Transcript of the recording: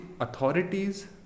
authorities